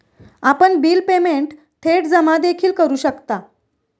आपण bill payment थेट जमा देखील करू शकता